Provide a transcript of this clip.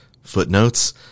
footnotes